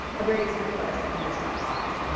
a great example of this, i think, is dropbox.